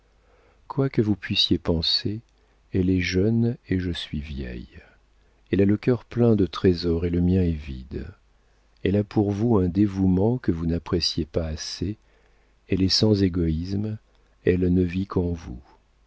quoi que vous puissiez penser elle est jeune et je suis vieille elle a le cœur plein de trésors et le mien est vide elle a pour vous un dévouement que vous n'appréciez pas assez elle est sans égoïsme elle ne vit qu'en vous